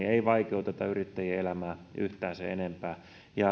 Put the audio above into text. ei vaikeuteta yrittäjien elämää yhtään sen enempää